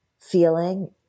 feeling